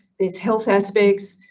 there's health aspects,